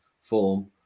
form